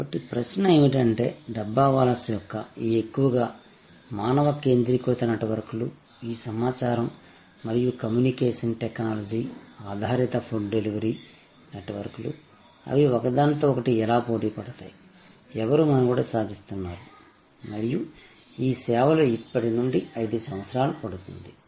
కాబట్టి ప్రశ్న ఏమిటంటే డబ్బావాలాస్ యొక్క ఈ ఎక్కువగా మానవ కేంద్రీకృత నెట్వర్క్లు ఈ సమాచారం మరియు కమ్యూనికేషన్ టెక్నాలజీ ఆధారిత ఫుడ్ డెలివరీ నెట్వర్క్లు అవి ఒకదానితో ఒకటి ఎలా పోటీపడతాయి ఎవరు మనుగడ సాగిస్తున్నారు మరియు ఈ సేవలు ఇప్పటి నుండి 5 సంవత్సరాలు పడుతుంది